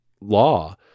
law